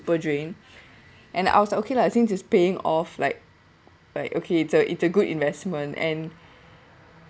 super drained and I was like okay lah since it's paying off like like okay it's it's a good investment and